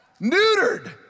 Neutered